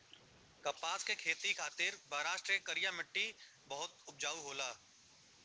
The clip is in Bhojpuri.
कपास के खेती खातिर महाराष्ट्र के करिया मट्टी बहुते उपजाऊ होला